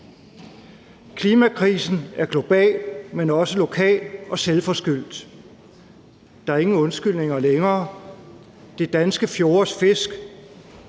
Klimakrisen er global, men også lokal og selvforskyldt. Der er ingen undskyldninger længere. De danske fjordes fisks